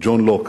"ג'ון לוק",